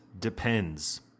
depends